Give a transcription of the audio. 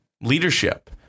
leadership